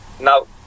Now